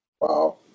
Wow